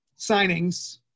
Signings